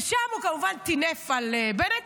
ושם הוא כמובן טינף על בנט.